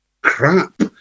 crap